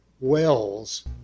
wells